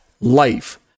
life